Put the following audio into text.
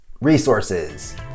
resources